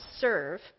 serve